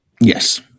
Yes